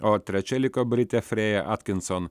o trečia liko britė frėja atkinson